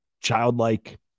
childlike